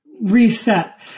Reset